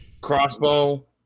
Crossbow